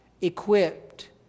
equipped